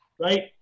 right